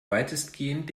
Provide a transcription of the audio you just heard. weitestgehend